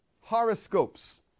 horoscopes